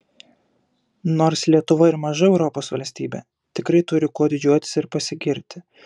nors lietuva ir maža europos valstybė tikrai turi kuo didžiuotis ir pasigirti